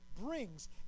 brings